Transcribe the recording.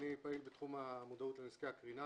אני פעיל בתחום המודעות לנזקי הקרינה,